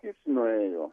jis nuėjo